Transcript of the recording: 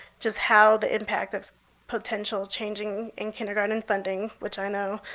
which is how the impact of potential changing in kindergarten funding, which i know